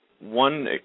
One